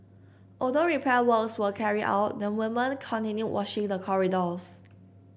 although repair works were carried out the woman continued washing the corridors